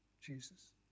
Jesus